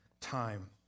time